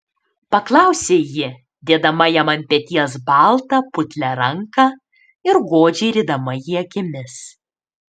paklausė ji dėdama jam ant peties baltą putlią ranką ir godžiai rydama jį akimis